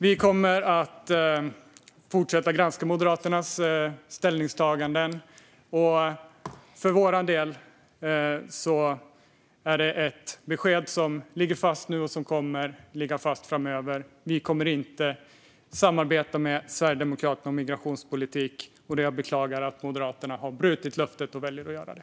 Vi kommer att fortsätta granska Moderaternas ställningstaganden. För vår del har vi ett besked som ligger fast nu och som kommer att ligga fast framöver: Vi kommer inte att samarbeta med Sverigedemokraterna om migrationspolitik. Jag beklagar att Moderaterna har valt att bryta sitt löfte.